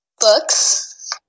books